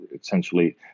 essentially